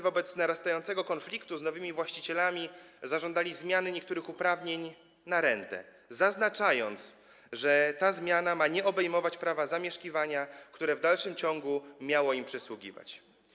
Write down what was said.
Wobec narastającego konfliktu z nowymi właścicielami zażądali zmiany niektórych uprawnień na rentę, zaznaczając, że ta zmiana ma nie obejmować prawa zamieszkiwania, które w dalszym ciągu miało im przysługiwać.